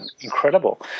incredible